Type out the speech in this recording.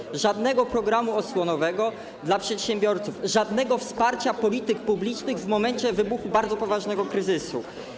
Nie było żadnego programu osłonowego dla przedsiębiorców, żadnego wsparcia polityk publicznych w momencie wybuchu bardzo poważnego kryzysu.